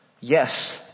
Yes